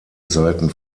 seiten